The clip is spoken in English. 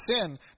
sin